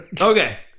Okay